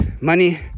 Money